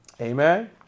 Amen